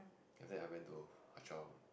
then after that I went to Hwa-Chong